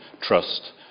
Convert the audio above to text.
trust